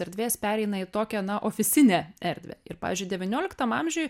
erdvės pereina į tokią na oficinę erdvę ir pavyzdžiui devynioliktam amžiuj